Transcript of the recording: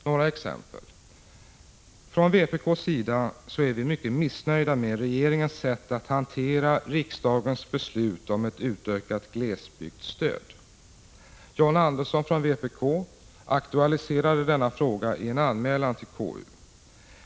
Några exempel: Från vpk:s sida är vi mycket missnöjda med regeringens sätt att hantera riksdagens beslut om ett utökat glesbygdsstöd. John Andersson från vpk aktualiserade denna fråga i en anmälan till konstitutionsutskottet.